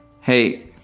Hey